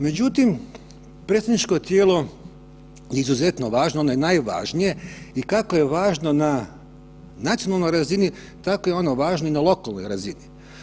Međutim, predstavničko tijelo je izuzetno važno, ono je najvažnije i kako je važno na nacionalnoj razini, tako je ono važno i na lokalnoj razini.